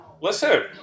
Listen